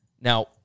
Now